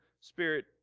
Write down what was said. spirit